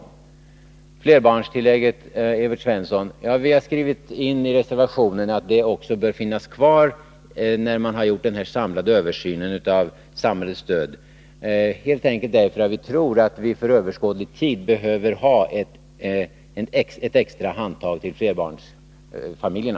När det gäller flerbarnstillägget, Evert Svensson, har vi skrivit in i en reservation att det bör finnas kvar när man nu bör göra en samlad översyn av samhällets stöd, helt enkelt därför att vi tror att man för överskådlig tid behöver ge ett extra handtag till flerbarnsfamiljerna.